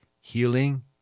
healing